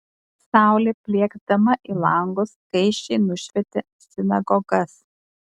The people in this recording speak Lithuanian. saulė plieksdama į langus skaisčiai nušvietė sinagogas